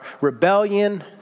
rebellion